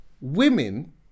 women